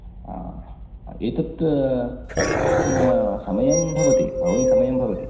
आ एतत् समयं भवति बहूनि समयं भवति